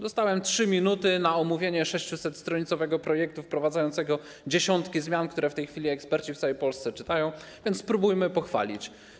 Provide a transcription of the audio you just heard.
Dostałem 3 minuty na omówienie 600-stronicowego projektu wprowadzającego dziesiątki zmian, który czytają w tej chwili eksperci w całej Polsce, więc spróbujmy go pochwalić.